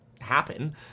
happen